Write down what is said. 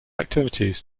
activities